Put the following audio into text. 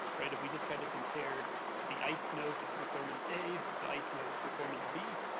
kind of we just try to compare the ith note of performance a, the ith note of performance b,